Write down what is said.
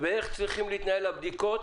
ואיך צריכות להתנהל הבדיקות